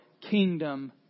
kingdom